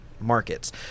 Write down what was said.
markets